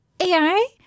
AI